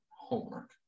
homework